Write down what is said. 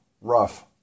rough